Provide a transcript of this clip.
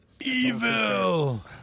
Evil